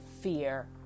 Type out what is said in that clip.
fear